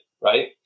right